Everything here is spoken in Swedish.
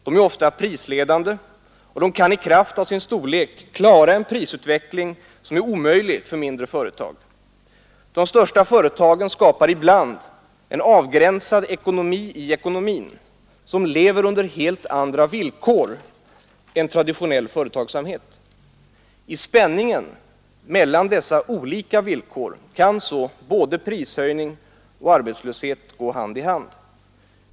De är ofta prisledande och kan i kraft av sin storlek klara en prisutveckling som är omöjlig för mindre företag. De största företagen skapar ibland en avgränsad ekonomi i ekonomin, som lever under helt andra villkor än traditionell företagsamhet. I spänningen mellan dessa olika villkor kan så prishöjning och arbetslöshet gå hand i hand.